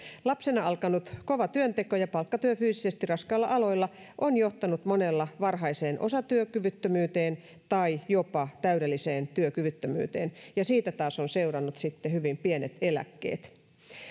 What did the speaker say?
lapsena alkanut kova työnteko ja palkkatyö fyysisesti raskailla aloilla on johtanut monella varhaiseen osatyökyvyttömyyteen tai jopa täydelliseen työkyvyttömyyteen ja siitä taas on seurannut hyvin pienet eläkkeet